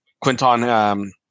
Quinton